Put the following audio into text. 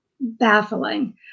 baffling